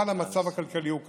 אבל המצב הכלכלי הוא קשה.